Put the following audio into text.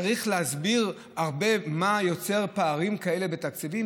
צריך להסביר הרבה מה יוצר פערים כאלה בתקציבים.